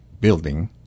building